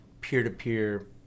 peer-to-peer